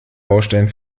baustein